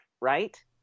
right